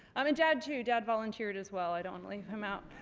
um dad too, dad volunteered as well i don't leave him out.